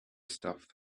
stuff